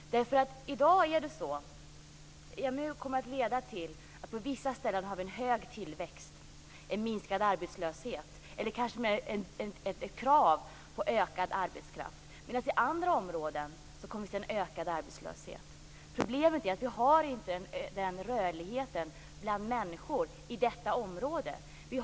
EMU kommer att leda till att vi på vissa ställen får en hög tillväxt, en minskad arbetslöshet eller kanske t.o.m. en ökad efterfrågan på arbetskraft. På andra områden kommer vi att se en ökad arbetslöshet. Problemet är att man inte har en rörlighet bland människor inom detta område.